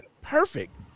Perfect